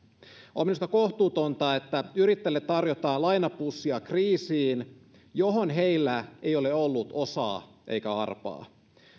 on minusta kohtuutonta että yrittäjille tarjotaan lainapussia kriisiin johon heillä ei ole ollut osaa eikä arpaa